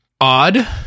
odd